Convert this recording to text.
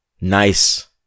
Nice